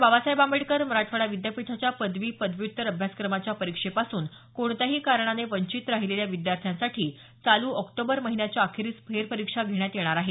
बाबासाहेब आंबेडकर मराठवाडा विद्यापीठाच्या पदवी पदव्युत्तर अभ्यासक्रमाच्या परीक्षेपासून कोणत्याही कारणाने वंचित राहिलेल्या विद्यार्थ्यांसाठी चालू ऑक्टोबर महिन्याच्या अखेरीस फेरपरीक्षा घेण्यात येणार आहे